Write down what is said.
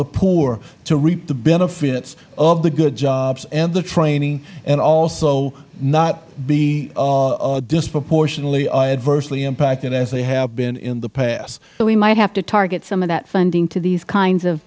the poor to reap the benefits of the good jobs and the training and also not be disproportionately adversely impacted as they have been in the past ms solis so we might have to target some of that funding to these kinds of